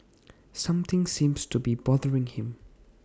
something seems to be bothering him